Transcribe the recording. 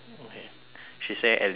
she say at least half an hour